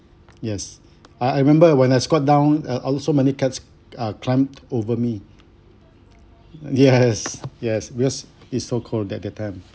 yes I remember when I squat down uh also many cats are climbed over me yes yes because it's so cold at that time